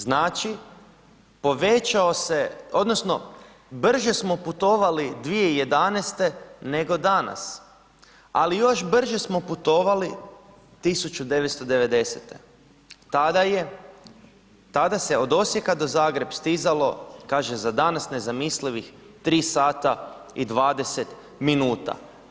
Znači povećao se odnosno brže smo putovali 2011. nego danas, ali još brže smo putovali 1990. tada je, tada se od Osijeka do Zagreba stizalo za danas nezamislivih 3 sata i 20 minuta.